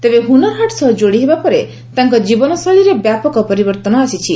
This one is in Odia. ତେବେ ହୁନରହାଟ୍ ସହିତ ଯୋଡ଼ି ହେବା ପରେ ତାଙ୍କ ଜୀବନଶୈଳୀରେ ବ୍ୟାପକ ପରିବର୍ତ୍ତନ ଆସିଛି